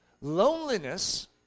Loneliness